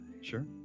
sure